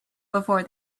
before